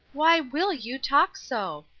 why will you talk so?